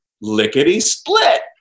Lickety-split